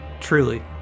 Truly